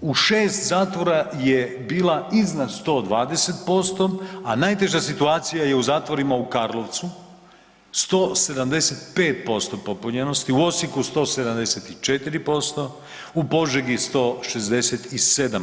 u 6 zatvora je bila iznad 120%, a najteža situacija je u zatvorima u Karlovcu, 175% popunjenosti, u Osijeku 174%, u Požegi 167%